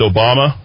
Obama